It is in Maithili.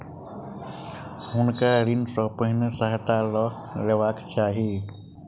हुनका ऋण सॅ पहिने सहायता लअ लेबाक चाही